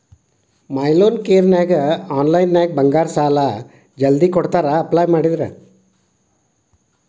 ಮೈ loan ಕೇರನ್ಯಾಗ ಆನ್ಲೈನ್ನ್ಯಾಗ ಬಂಗಾರ ಸಾಲಾ ಜಲ್ದಿ ಕೊಡ್ತಾರಾ ಅಪ್ಲೈ ಮಾಡಿದ್ರ